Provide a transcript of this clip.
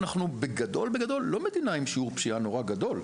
אנחנו בגדול בגדול לא מדינה עם שיעור פשיעה נורא גדול,